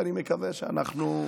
ואני מקווה שאנחנו,